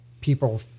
people